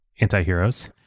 antiheroes